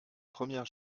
première